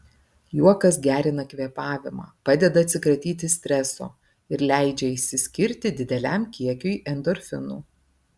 juokas gerina kvėpavimą padeda atsikratyti streso ir leidžia išsiskirti dideliam kiekiui endorfinų